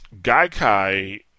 Gaikai